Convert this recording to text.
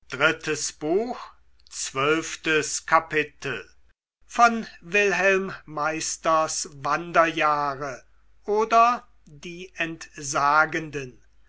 goethe wilhelm meisters wanderjahre oder die entsagenden